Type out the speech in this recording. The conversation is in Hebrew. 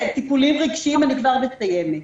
אני כבר מסיימת.